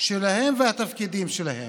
שלהם והתפקידים שלהם.